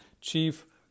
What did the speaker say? chief